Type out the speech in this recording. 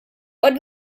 but